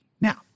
Now